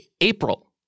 April